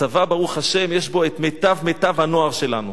הצבא, ברוך השם, יש בו מיטב הנוער שלנו.